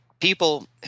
people